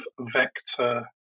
vector